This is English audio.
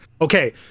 Okay